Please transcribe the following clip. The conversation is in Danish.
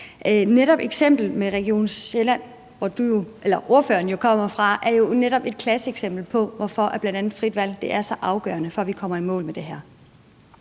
Eksemplet med Region Sjælland, hvor ordføreren jo kommer fra, er jo netop et klasseeksempel på, hvorfor bl.a. frit valg er så afgørende for, at vi kommer i mål med det her.